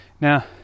Now